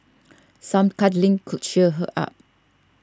some cuddling could cheer her up